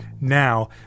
now